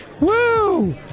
Woo